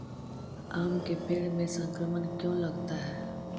आम के पेड़ में संक्रमण क्यों लगता है?